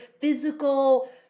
physical